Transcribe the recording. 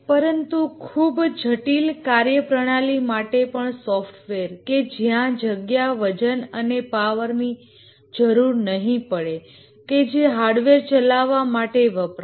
પરંતુ ખૂબ જટિલ ફંકશનાલીટી માટે પણ સોફ્ટવેર કે જ્યાં જગ્યા વજન અને પાવર ની જરૂર નહિ પડે કે જે હાર્ડવેર ચલાવવા માટે વપરાય